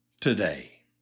today